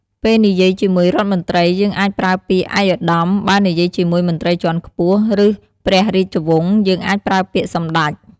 ពេលនិយាយជាមួយរដ្ឋមន្ត្រីយើងអាចប្រើពាក្យ "ឯកឧត្តម" បើនិយាយជាមួយមន្រ្តីជាន់ខ្ពស់ ឬព្រះរាជវង្សយើងអាចប្រើពាក្យ "សម្តេច"។